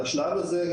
לשלב הזה,